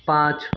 पाँच